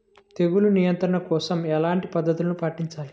తెగులు నియంత్రణ కోసం ఎలాంటి పద్ధతులు పాటించాలి?